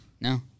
No